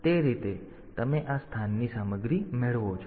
તેથી તે રીતે તમે આ સ્થાનની સામગ્રી મેળવો છો